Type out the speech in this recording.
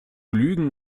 lügen